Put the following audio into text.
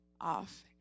off